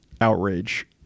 outrage